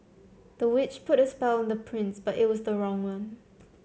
the witch put a spell on the prince but it was the wrong one